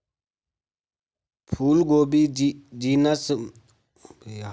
फूलगोभी genus Brassica में Brassica oleracea प्रजाति की कई सब्जियों में से एक है